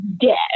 dead